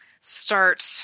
start